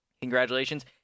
congratulations